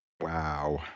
Wow